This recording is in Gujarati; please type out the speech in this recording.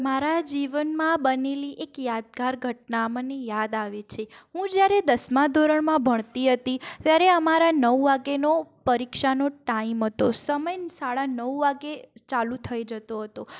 મારા જીવનમાં બનેલી એક યાદગાર ઘટના મને યાદ આવે છે હું જ્યારે દસમા ધોરણમાં ભણતી હતી ત્યારે અમારા નવ વાગેનો પરીક્ષાનો ટાઈમ હતો સમય સાડા નવ વાગે ચાલુ થઈ જતો હતો